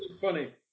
funny